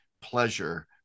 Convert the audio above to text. pleasure